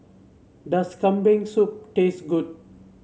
does Kambing Soup taste good